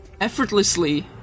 effortlessly